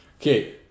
Okay